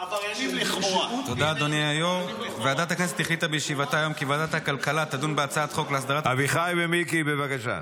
בקריאה הראשונה ותחזור לדיון בוועדת החוקה חוק ומשפט,